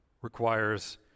requires